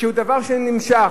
שהוא דבר שנמשך,